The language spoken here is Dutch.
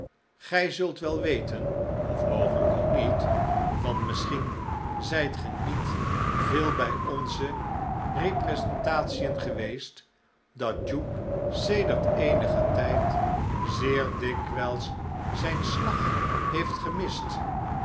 gij zult wel weten of mogelijk ook niet want misschien zijt ge niet veel bij onze representation geweest dat jupe sedert eenigen tijd zeer dikwijls zjn slag heeft gemist